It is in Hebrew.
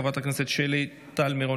חבר הכנסת גלעד קריב,